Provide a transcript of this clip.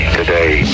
today